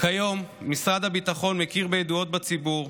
כיום משרד הביטחון מכיר בידועות בציבור,